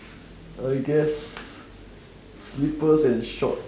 I guess slippers and shorts